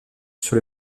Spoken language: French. sur